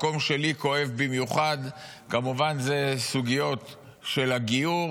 מקום שלי כואב במיוחד זה כמובן סוגיות הגיור.